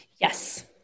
Yes